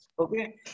Okay